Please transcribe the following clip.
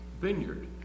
vineyard